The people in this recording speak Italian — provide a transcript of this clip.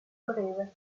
breve